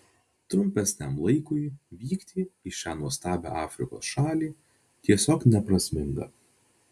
trumpesniam laikui vykti į šią nuostabią afrikos šalį tiesiog neprasminga